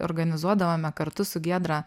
organizuodavome kartu su giedra